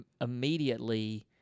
immediately